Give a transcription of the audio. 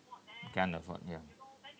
can't afford ya